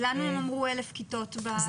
לנו הם אמרו אלף כיתות בחודש ספטמבר.